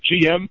GM